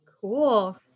Cool